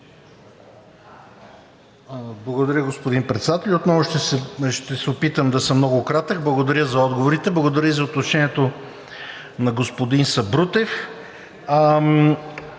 Благодаря, господин Председател. Отново ще се опитам да съм много кратък. Благодаря за отговорите. Благодаря и за отношението на господин Сабрутев.